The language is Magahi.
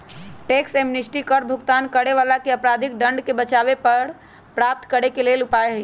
टैक्स एमनेस्टी कर भुगतान न करे वलाके अपराधिक दंड से बचाबे कर प्राप्त करेके लेल उपाय हइ